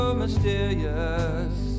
mysterious